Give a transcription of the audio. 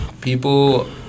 people